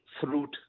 fruit